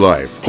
Life